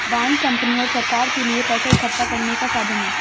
bond company और सरकार के लिए पैसा इकठ्ठा करने का साधन है